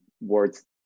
words